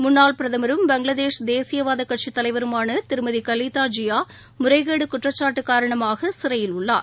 முன்னாள் பிரதமரும் பங்களாதேஷ் தேசியவாதக் கட்சித் தலைவருமான திருமதி கவீதா ஜியா முறைகேடு குற்றச்சாட்டு காரணமாக சிறையில் உள்ளார்